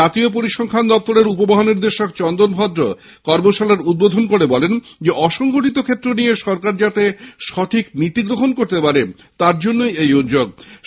জাতীয় পরিসংখ্যান দপ্তরের উপ মহানির্দেশক চন্দন ভদ্র কর্মশালার উদ্বোধন করে বলেন অসংগঠিত ক্ষেত্র নিয়ে সরকার যাতে সঠিক নীতি গ্রহন করতে পারে তারজন্যই এই উদ্যোগ নেওয়া হয়েছে